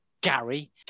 Gary